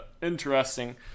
interesting